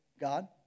God